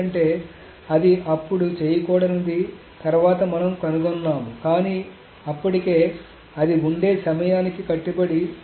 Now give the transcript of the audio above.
ఎందుకంటే అది అప్పుడు చేయకూడదని తర్వాత మనం కనుగొన్నాము కానీ అప్పటికే అది ఉండే సమయానికి కట్టుబడి